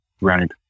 Right